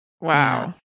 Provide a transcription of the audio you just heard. Wow